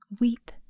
weep